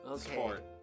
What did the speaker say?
sport